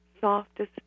softest